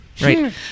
Right